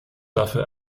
dafür